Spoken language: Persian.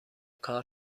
کار